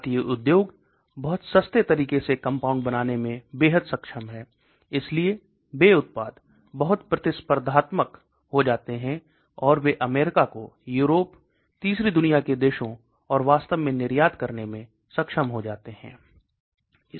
भारतीय उद्योग बहुत सस्ते तरीके से कंपाउंड बनाने में बेहद सक्षम हैं इसलिए वे उत्पाद बहुत प्रतिस्पर्धात्मक हो जाते हैं और वे अमेरिका कोयूरोप तीसरी दुनिया के देशों और वास्तव में निर्यात करने में सक्षम हो जाते हैं